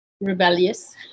rebellious